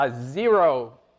zero